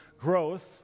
growth